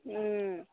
ꯎꯝ